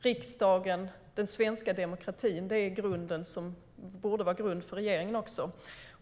riksdagen och den svenska demokratin. Det borde också vara grunden för regeringen.